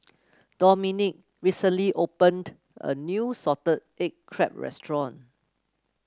Domenick recently opened a new Salted Egg Crab restaurant